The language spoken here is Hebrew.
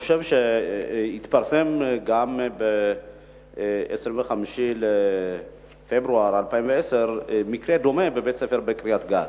התפרסם גם ב-25 בפברואר 2010 מקרה דומה בבית-ספר בקריית-גת.